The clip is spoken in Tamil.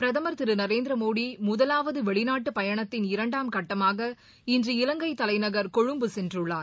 பிரதமர் திருநரேந்திரமோடிமுதலாவதவெளிநாட்டுபயணத்தின் இரண்டாம் கட்டமாக இன்று இவங்கைதலைநகர் கொழும்பு சென்றுள்ளார்